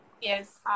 Yes